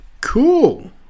Cool